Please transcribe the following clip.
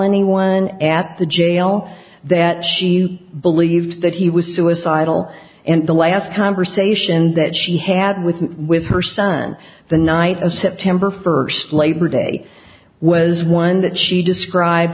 anyone at the jail that she believed that he was suicidal and the last conversation that she had with him with her son the night of september first labor day was one that she described